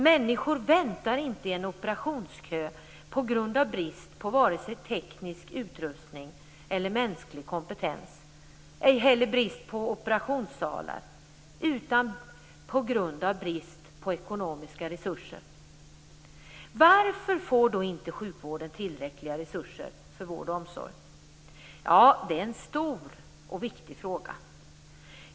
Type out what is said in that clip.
Människor väntar inte i en operationskö på grund av brist på vare sig teknisk utrustning eller mänsklig kompetens, ej heller brist på operationssalar, utan på grund av brist på ekonomiska resurser. Varför får då inte sjukvården tillräckliga resurser för vård och omsorg? Ja det är en stor och viktig fråga.